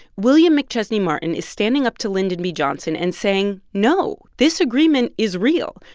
william mcchesney martin is standing up to lyndon b. johnson and saying, no, this agreement is real.